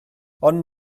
ond